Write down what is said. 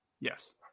Yes